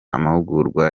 amahugurwa